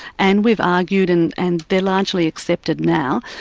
and we've argued and and they're largely accepted now,